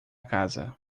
casa